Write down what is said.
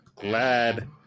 glad